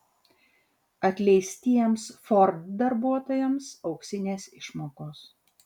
atleistiems ford darbuotojams auksinės išmokos